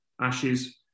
Ashes